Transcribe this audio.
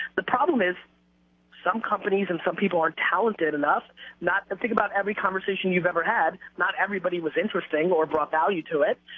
the problem is some companies, and some people, aren't talented enough not to think about every conversation you've ever had. not everybody was interesting or brought value to it.